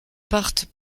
partent